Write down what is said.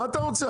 מה אתה רוצה?